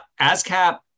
ASCAP